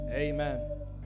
Amen